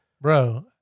Bro